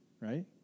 Right